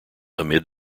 amid